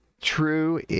true